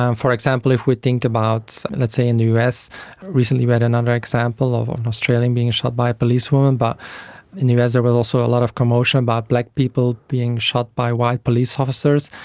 um for example, if we think about, let's say, in the us recently we had another example of an australian being shot by police, but in the us there was also a lot of commotion about black people being shot by white police officers,